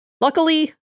Luckily